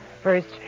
First